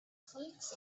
flakes